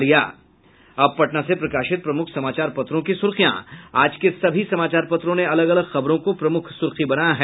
अब पटना से प्रकाशित प्रमुख समाचार पत्रों की सुर्खियां आज के सभी समाचार पत्रों ने अलग अलग खबरों को प्रमुख सुर्खी बनाया है